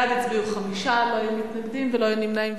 בעד הצביעו חמישה, לא היו מתנגדים ולא היו נמנעים.